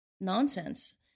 nonsense